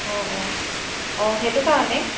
অঁ অঁ অঁ সেইটো কাৰণেই